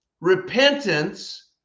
repentance